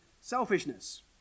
selfishness